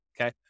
okay